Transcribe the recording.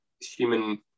human